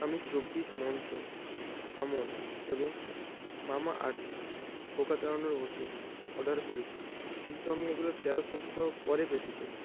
আমি চব্বিশ মন্ত্র আমন্ড এবং মামাআর্থ পোকা তাড়ানোর ওষুধ অর্ডার করেছি কিন্তু আমি এগুলো তেরো সপ্তাহ পরে পেতে চাই